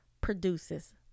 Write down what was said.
produces